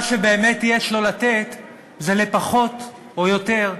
מה שיש לו לתת זה, פחות או יותר,